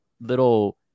little